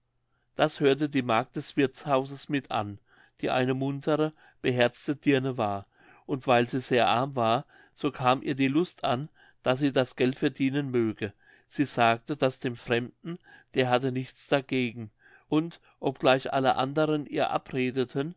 das hörte die magd des wirthshauses mit an die eine muntere beherzte dirne war und weil sie sehr arm war so kam ihr die lust an daß sie das geld verdienen möge sie sagte das dem fremden der hatte nichts dagegen und obgleich alle andern ihr abredeten